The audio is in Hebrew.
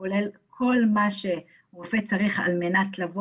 הוא כולל כל מה שרופא צריך על מנת לבוא